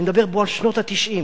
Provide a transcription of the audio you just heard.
אני מדבר פה על שנות ה-90,